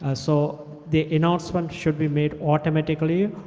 ah so the announcement should be made automatically,